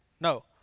No